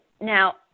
Now